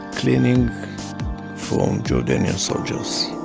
cleaning from jordanian soldiers.